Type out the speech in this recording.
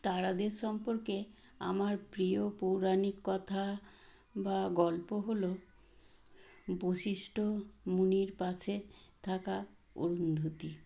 তারাদের সম্পর্কে আমার প্রিয় পৌরাণিক কথা বা গল্প হল বশিষ্ঠ মুনির পাশে থাকা অরুন্ধতী